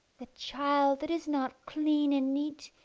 the child that is not clean and neat,